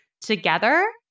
together